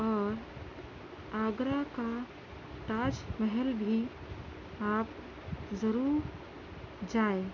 اور آگرہ کا تاج محل بھی آپ ضرور جائیں